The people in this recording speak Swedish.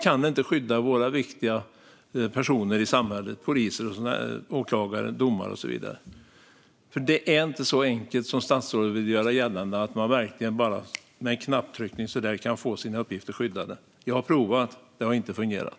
Vi kan inte skydda våra viktiga personer i samhället - poliser, åklagare, domare och så vidare. Det är inte så enkelt, som statsrådet vill göra gällande, att man med bara en knapptryckning kan få sina uppgifter skyddade. Jag har provat. Det har inte fungerat.